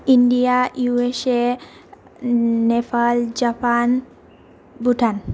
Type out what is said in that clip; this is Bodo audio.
India U S A Nepal Japan Bhutan